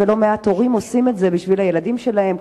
ולא מעט הורים עושים את זה בשביל הילדים שלהם,